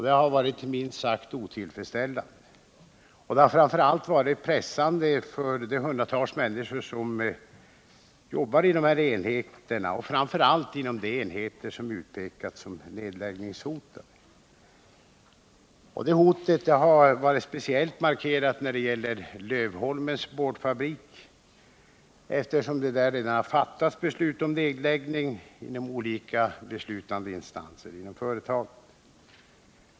Det har varit minst sagt otillfredsställande, och det har framför allt varit pressande för de hundratals människor som jobbar inom dessa enheter, särskilt inom de enheter som utpekas som nedläggningshotade. Det hotet har varit speciellt markerat när det gäller Lövholmens boardfabrik, eftersom olika beslutande instanser inom företaget redan har fattat beslut om nedläggning.